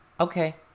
Okay